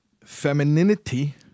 Femininity